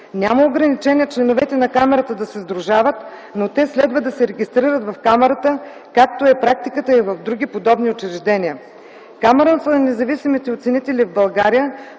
Няма ограничения членовете на Камарата да се сдружават, но те следва да се регистрират в Камарата, както е практиката и в други подобни учреждения. Камарата на независимите оценители в България